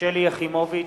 שלי יחימוביץ,